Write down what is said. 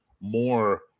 more